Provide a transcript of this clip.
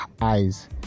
eyes